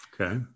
Okay